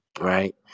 Right